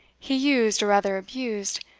he used, or rather abused,